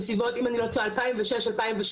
הייתה תקופה שבה הייתה איזו שהיא מניעה